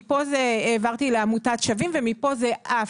מפה העברתי לעמותת 'שווים' ומפה זה עף.